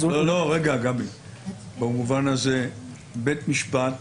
במובן הזה בית משפט